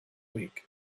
week